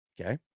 Okay